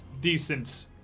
decent